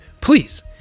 please